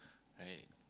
right